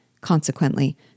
Consequently